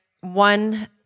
one